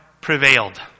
prevailed